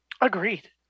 Agreed